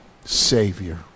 Savior